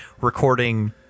recording